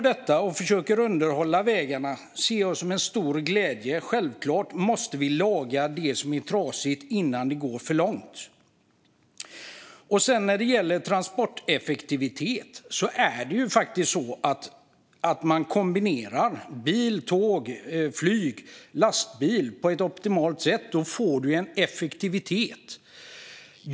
Att man försöker underhålla vägarna ser jag som en stor glädje. Självfallet måste vi laga det som är trasigt innan det går för långt. När det gäller transporteffektivitet får man en effektivitet när man kombinerar bil, tåg, flyg och lastbil på ett optimalt sätt.